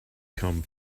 come